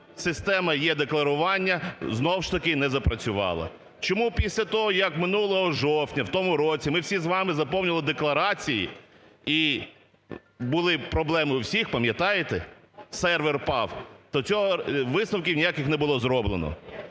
система е-декларування знову ж таки не запрацювала, чому після того, як минулого жовтня у тому році ми всі з вами заповнювали декларації, і були проблеми у всіх, пам'ятаєте, сервер впав, висновків ніяких не було зроблено.